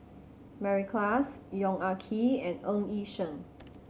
Mary Klass Yong Ah Kee and Ng Yi Sheng